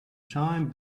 time